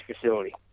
facility